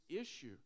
issue